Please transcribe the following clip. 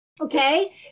Okay